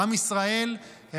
עם ישראל,